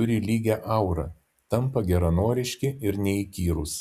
turi lygią aurą tampa geranoriški ir neįkyrūs